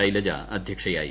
ശൈലജ അധ്യക്ഷയായി